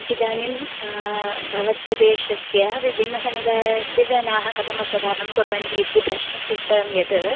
इदानीं भवत्प्रदेशस्य विभिन्न समुदायस्य जनाः कथम् वस्त्रधारणं कुर्वन्ति इति प्रश्नस्य उत्तरं यत्